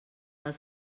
del